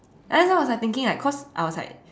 and then like I was thinking like cause I was like